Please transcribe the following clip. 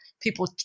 people